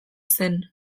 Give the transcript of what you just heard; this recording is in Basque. zen